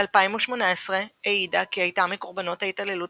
ב-2018 העידה כי היא הייתה מקורבנות ההתעללות